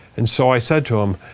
and so i said to him,